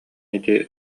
ити